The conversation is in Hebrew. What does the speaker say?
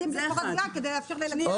בסוף